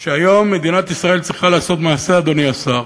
שהיום מדינת ישראל צריכה לעשות מעשה, אדוני השר,